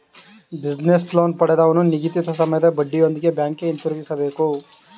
business loan ಪಡೆದವನು ನಿಗದಿತ ಸಮಯದಲ್ಲಿ ಬಡ್ಡಿಯೊಂದಿಗೆ ಬ್ಯಾಂಕಿಗೆ ಹಿಂದಿರುಗಿಸಬೇಕು